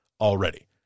already